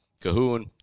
Cahoon